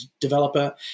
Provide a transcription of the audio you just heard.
developer